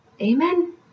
Amen